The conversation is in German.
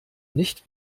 nicht